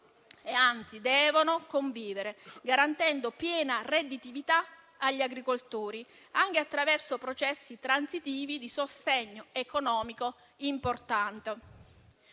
- anzi, devono - convivere, garantendo piena redditività agli agricoltori anche attraverso processi transitivi di sostegno economico importante.